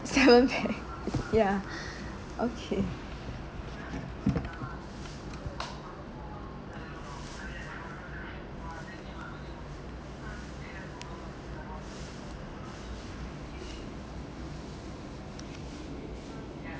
seven pax ya okay